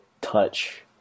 touch